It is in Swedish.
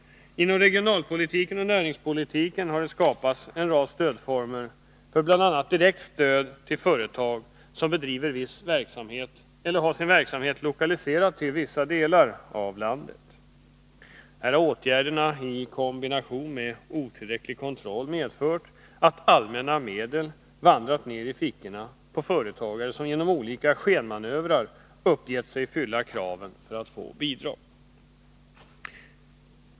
Inom regionalpolitiken och näringspolitiken har det skapats en rad stödformer för bl.a. direkt stöd till företag som bedriver viss verksamhet eller som har sin verksamhet lokaliserad till vissa delar av landet. Här har åtgärderna, i kombination med otillräcklig kontroll, medfört att allmänna medel vandrat ned i fickorna på företagare som genom olika skenmanövrar uppgett sig fylla kraven för att få bidrag.